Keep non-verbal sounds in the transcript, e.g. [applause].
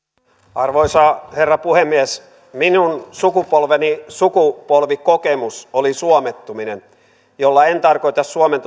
arvoisa herra puhemies minun sukupolveni sukupolvikokemus oli suomettuminen jolla en tarkoita suomen [unintelligible]